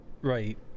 right